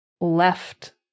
left